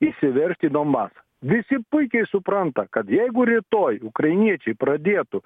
įsiveržti į donbasą visi puikiai supranta kad jeigu rytoj ukrainiečiai pradėtų